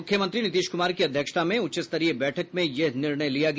मूख्यमंत्री नीतीश कुमार की अध्यक्षता में उच्च स्तरीय बैठक में यह निर्णय लिया गया